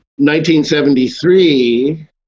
1973